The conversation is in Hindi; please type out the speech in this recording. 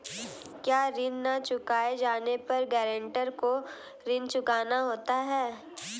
क्या ऋण न चुकाए जाने पर गरेंटर को ऋण चुकाना होता है?